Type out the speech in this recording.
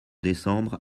décembre